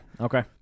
Okay